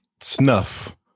snuff